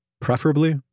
preferably